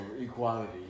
equality